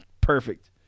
perfect